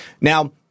Now